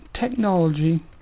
technology